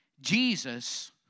Jesus